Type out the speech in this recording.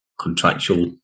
contractual